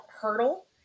Hurdle